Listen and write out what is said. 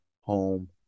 home